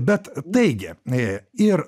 bet taigi a ir